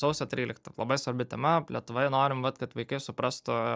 sausio trylikta labai svarbi tema lietuvoje norim vat kad vaikai suprastų